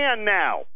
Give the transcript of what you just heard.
now